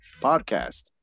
podcast